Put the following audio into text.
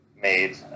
made